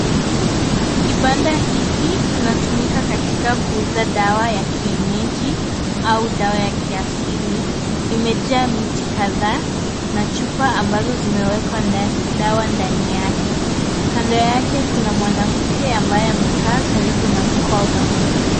Kibanda hiki kinatumika katika kuuza dawa ya kienyeji au dawa ya kiasili, imejaa miti kadhaa na chupa ambazo zimewekwa dawa ndani yake. Kando yake kuna mwanamke ambaye amekaa karibu na mkoba.